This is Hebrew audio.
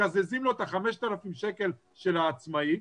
מקזזים לו את ה-5,000 שקל של העצמאי,